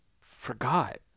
forgot